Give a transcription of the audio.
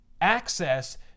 access